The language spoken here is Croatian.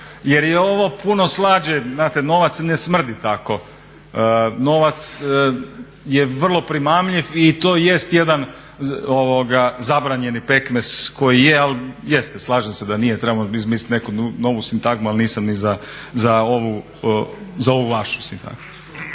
jer je ovo puno slađe. Znate, novac ne smrdi tako. Novac je vrlo primamljiv i to jest jedan zabranjeni pekmez koji je. Ali jeste, slažem se da nije, trebamo izmisliti neku novu sintagmu ali nisam ni za ovu vašu sintagmu.